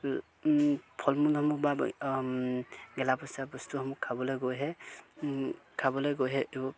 ফল মূলসমূহ বা গেলা পচা বস্তুসমূহ খাবলৈ গৈহে খাবলৈ গৈহে